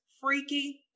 freaky